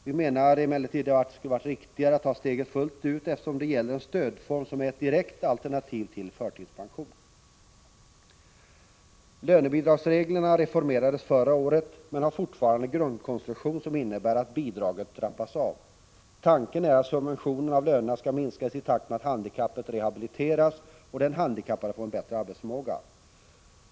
Vi menar emellertid att det hade varit riktigare att ta steget fullt ut, eftersom det gäller en stödform som är ett direkt alternativ till förtidspensionering. Lönebidragsreglerna reformerades förra året, men har fortfarande en grundkonstruktion som innebär att bidraget trappas av. Tanken är att subventionen av lönerna skall minskas i takt med att handikappet rehabiliteras och den handikappade får en bättre arbetsförmåga.